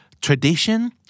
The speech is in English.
tradition